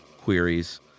queries